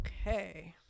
Okay